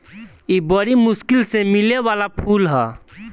इ बरी मुश्किल से मिले वाला फूल ह